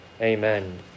amen